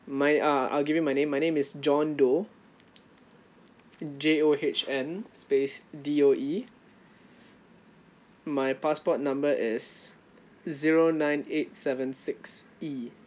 my uh I'll give you my name my name is john doe J O H N space D O E my passport number is zero nine eight seven six E